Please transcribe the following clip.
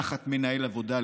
תחת מנהל עבודה,